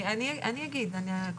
אני בעמוד 3 בתקנה 4,